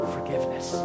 Forgiveness